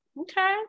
okay